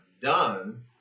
done